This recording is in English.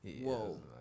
Whoa